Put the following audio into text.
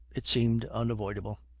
it seemed unavoidable.